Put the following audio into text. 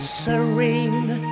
serene